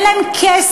אין להם כסף,